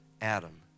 Adam